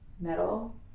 metal